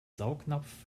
saugnapf